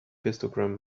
histogram